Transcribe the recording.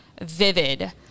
vivid